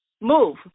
move